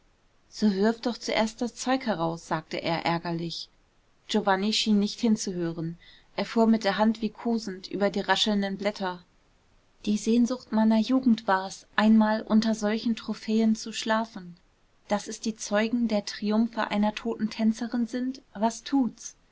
so wirf doch zuerst das zeug heraus sagte er ärgerlich giovanni schien nicht hinzuhören er fuhr mit der hand wie kosend über die raschelnden blätter die sehnsucht meiner jugend war's einmal unter solchen trophäen zu schlafen daß es die zeugen der triumphe einer toten tänzerin sind was tut's